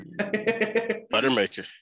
Buttermaker